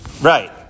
Right